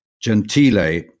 Gentile